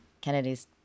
Kennedy's